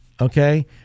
Okay